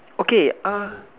okay ah